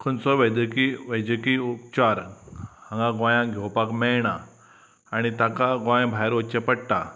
खंयचो वैजकी वैजकी उपचार हांगा गोंयाक घेवपाक मेळना आनी ताका गोंया भायर वचचें पडटा